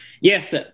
Yes